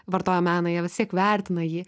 vartoja meną jie vis tiek vertina jį